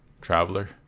traveler